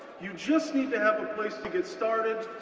you just need to have a place to get started,